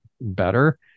better